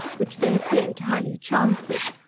which they appeared highly charmed with,